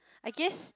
I guess